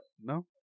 No